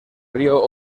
río